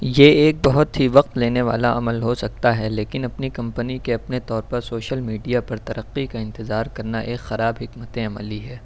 یہ ایک بہت ہی وقت لینے والا عمل ہو سکتا ہے لیکن اپنی کمپنی کے اپنے طور پر سوشل میڈیا پر ترقی کا انتظار کرنا ایک خراب حکمتِ عملی ہے